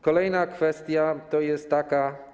Kolejna kwestia jest taka.